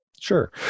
Sure